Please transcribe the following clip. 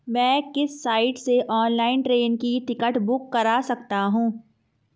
मैं किस साइट से ऑनलाइन ट्रेन का टिकट बुक कर सकता हूँ?